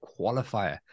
qualifier